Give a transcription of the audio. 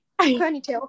ponytail